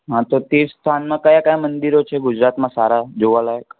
હા તો તે સ્થાનમાં કયા કયા મંદિરો છે ગુજરાતમાં સારા જોવાલાયક